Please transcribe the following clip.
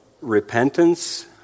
repentance